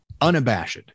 unabashed